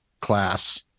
class